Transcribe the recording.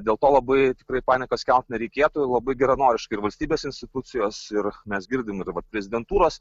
dėl to labai tikrai panikos kelt nereikėtų labai geranoriškai ir valstybės institucijos ir mes girdim ir va prezidentūros